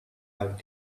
out